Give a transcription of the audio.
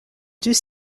deux